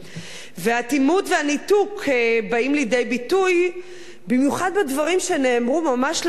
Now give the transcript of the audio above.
והאטימות והניתוק באים לידי ביטוי במיוחד בדברים שנאמרו ממש לאחרונה,